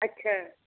ਅੱਛਾ